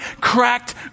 cracked